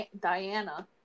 Diana